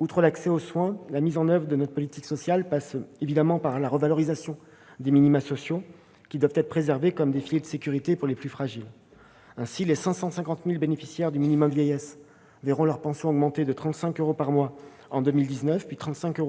Outre l'accès aux soins, la mise en oeuvre de notre politique sociale passe évidemment par la revalorisation des minima sociaux, qui doivent être préservés comme des filets de sécurité pour les plus fragiles. Ainsi, les 550 000 bénéficiaires du minimum vieillesse verront leur pension augmenter de 35 euros par mois en 2019 et,